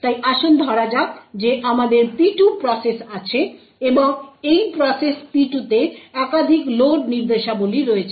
তাই আসুন ধরা যাক যে আমাদের P2 প্রসেস আছে এবং এই প্রসেস P2 তে একাধিক লোড নির্দেশাবলী রয়েছে